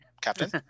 Captain